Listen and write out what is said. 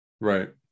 Right